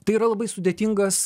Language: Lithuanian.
tai yra labai sudėtingas